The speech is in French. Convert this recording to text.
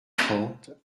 trente